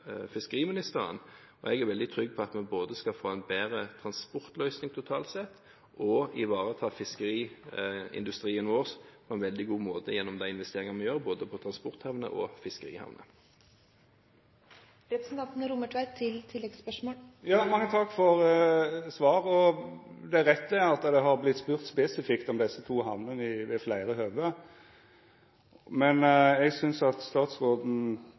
fiskeriministeren. Jeg er veldig trygg på at vi både skal få en bedre transportløsning totalt sett og ivareta fiskeriindustrien vår på en veldig god måte gjennom de investeringene vi gjør, både på transporthavner og fiskerihavner. Mange takk for svaret. Det er rett at det har vorte spurt spesifikt om desse to hamnene ved fleire høve, men eg synest at statsråden